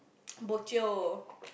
bo jio